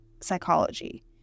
psychology